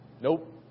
Nope